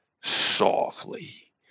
softly